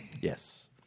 yes